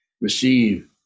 Receive